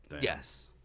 yes